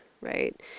right